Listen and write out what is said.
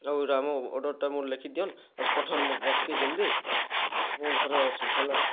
ହଉ ଆମ ଅର୍ଡ଼ରଟା ମୋର ଲେଖିଦିଅନ୍ ପଠନ୍ ମୋ ପାଖ୍କେ ଜଲ୍ଦି ମୁଁ ଘରେ ଅଛି ହେଲା